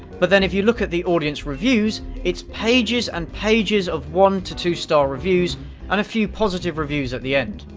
but then if you look at the audience reviews, it's pages and pages of one to two-star reviews and a few positive reviews at the end.